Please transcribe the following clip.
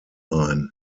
ein